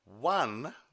One